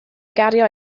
gario